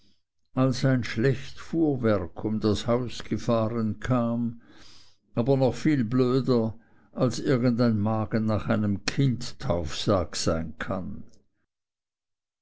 als ein schlecht fuhrwerk um das haus gefahren kam aber noch viel blöder als irgend ein magen nach einem kindtauftag sein kann